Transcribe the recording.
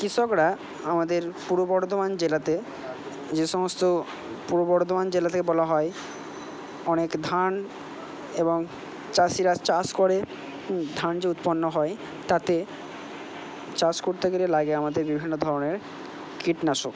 কৃষকরা আমাদের পূর্ব বর্ধমান জেলাতে যে সমস্ত পূর্ব বর্ধমান জেলাতে বলা হয় অনেক ধান এবং চাষিরা চাষ করে ধান যে উৎপন্ন হয় তাতে চাষ করতে গেলে লাগে আমাদের বিভিন্ন ধরনের কীটনাশক